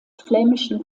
flämischen